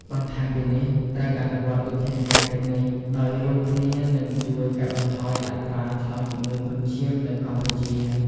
បន្ថែមពីនេះ ត្រូវអនុវត្តវិធានការទាំងនេះ ដោយរួមគ្នានឹងជួយកាត់បន្ថយអត្រាឆ្លងជំងឺគ្រុនឈាមនៅកម្ពុជា។